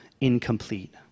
incomplete